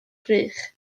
gwrych